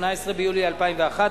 18 ביולי 2011,